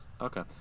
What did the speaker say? Okay